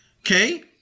Okay